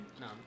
no